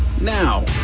now